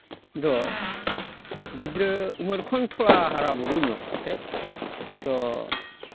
ᱫᱚ ᱜᱤᱫᱽᱨᱟᱹ ᱩᱢᱟᱹᱨ ᱠᱷᱚᱱ ᱛᱷᱚᱲᱟ ᱦᱟᱨᱟ ᱵᱩᱨᱩ ᱧᱚᱜ ᱠᱟᱛᱮᱫ ᱛᱚ